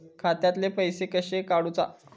खात्यातले पैसे कशे काडूचा?